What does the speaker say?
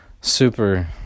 super